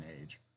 age